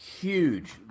huge